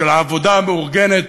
של העבודה המאורגנת,